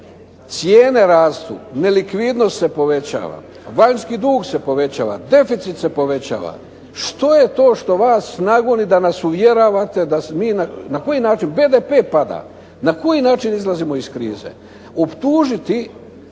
cijene rastu, nelikvidnost se povećava, vanjski dug se povećava, deficit se povećava. Što je to što vas nagoni da nas uvjeravate da se mi, na koji način, BDP pada, na koji način izlazimo iz krize, optužiti